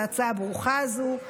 על ההצעה הברוכה הזאת.